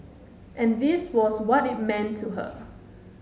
and this was what it meant to her